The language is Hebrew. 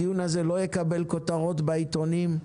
הדיון הזה לא יקבל כותרות בעיתונים,